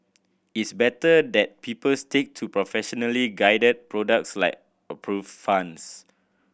it's better that people stick to professionally guided products like approved funds